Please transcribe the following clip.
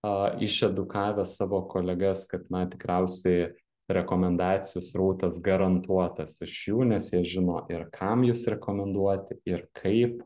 a išedukavę savo kolegas kad na tikriausiai rekomendacijų srautas garantuotas iš jų nes jie žino ir kam jus rekomenduoti ir kaip